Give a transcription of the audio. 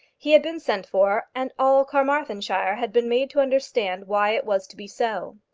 he had been sent for, and all carmarthenshire had been made to understand why it was to be so.